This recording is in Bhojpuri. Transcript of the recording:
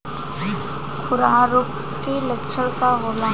खुरहा रोग के लक्षण का होला?